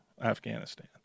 Afghanistan